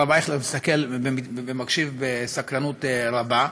הרב אייכלר מסתכל ומקשיב בסקרנות רבה,